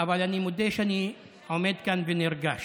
אבל אני מודה שאני עומד כאן נרגש,